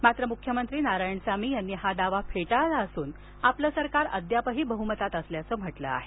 मात्र मुख्यमंत्री नारायणसामी यांनी हा दावा फेटाळला असून आपलं सरकार अद्यापही बहुमतात असल्याचं म्हटलं आहे